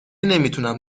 نمیتونم